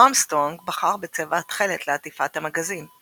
ארמסטרונג בחר בצבע התכלת לעטיפת המגזין,